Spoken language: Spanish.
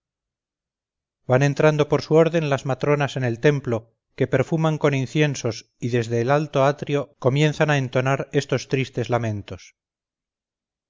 van entrando por su orden las matronas en el templo que perfuman con inciensos y desde el alto atrio comienzan a entonar estos tristes lamentos